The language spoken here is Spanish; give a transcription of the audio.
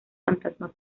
fantasma